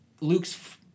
Luke's